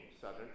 southern